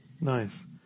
Nice